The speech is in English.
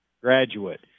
graduate